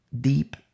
deep